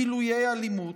גילויי אלימות?